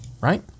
Right